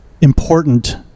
important